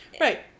Right